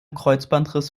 kreuzbandriss